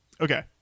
Okay